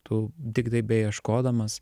tu tiktai beieškodamas